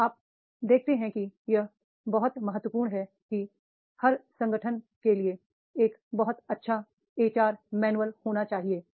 अब आप देखते हैं कि यह बहुत महत्वपूर्ण है कि हर संगठन के लिए एक बहुत अच्छा एच आर मैनुअल होना चाहिए